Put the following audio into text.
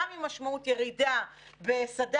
גם אם המשמעות ירידה בסד"כ,